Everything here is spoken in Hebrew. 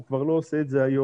הוא כבר לא עושה את זה היום.